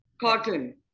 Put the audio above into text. cotton